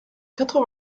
quatre